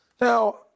Now